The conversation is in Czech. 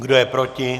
Kdo je proti?